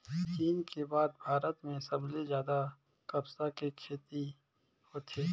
चीन के बाद भारत में सबले जादा कपसा के खेती होथे